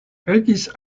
regis